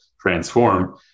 transform